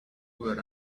were